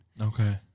okay